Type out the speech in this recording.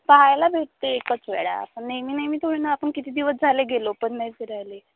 पहायला भेटते एकच वेळा आपण नेहमी नेहमी थोडी ना आपण किती दिवस झाले गेलो पण नाही फिरायला